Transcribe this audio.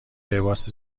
لباس